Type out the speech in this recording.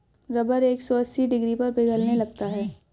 rubber एक सौ अस्सी डिग्री पर पिघलने लगता है